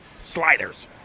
sliders